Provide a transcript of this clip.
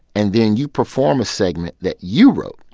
and then you perform a segment that you wrote.